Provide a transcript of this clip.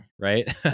Right